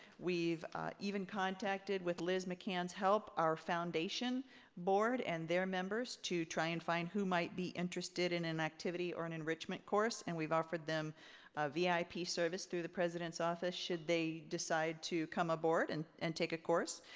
we've even contacted with liz mccann's help our foundation board and their members to try and find who might be interested in an activity or an enrichment course and we've offered them a yeah vip service through the president's office should they decide to come aboard and and take a course.